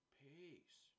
Peace